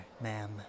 ma'am